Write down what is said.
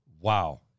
Wow